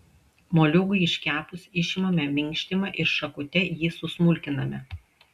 moliūgui iškepus išimame minkštimą ir šakute jį susmulkiname